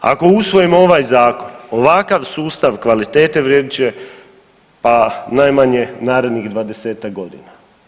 Ako usvojimo ovaj zakon ovakav sustav kvalitete vrijedit će pa najmanje narednih dvadesetak godina.